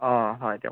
অঁ হয় দিয়ক